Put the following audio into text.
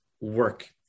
work